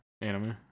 anime